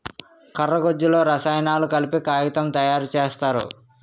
కర్ర గుజ్జులో రసాయనాలు కలిపి కాగితం తయారు సేత్తారు